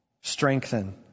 Strengthen